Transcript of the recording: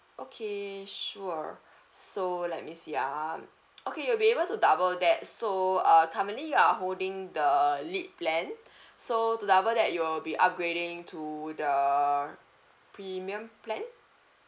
okay sure so let me see ah okay you'll be able to double that so uh currently you are holding the lite plan so to double that you will be upgrading to the premium plan